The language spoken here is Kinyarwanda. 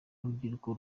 urubyiruko